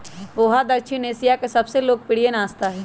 पोहा दक्षिण एशिया के सबसे लोकप्रिय नाश्ता हई